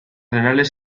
renales